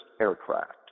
aircraft